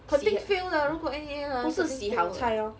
肯定 fail 的如果 N_E_A 来肯定 fail 的